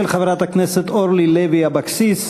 של חברת הכנסת אורלי לוי אבקסיס.